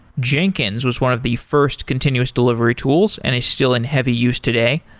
jenkins was one of the first continuous delivery tools and is still in heavy use today.